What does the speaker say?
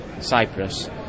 Cyprus